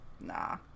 Nah